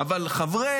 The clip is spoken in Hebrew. אבל חברי